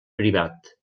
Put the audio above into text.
privat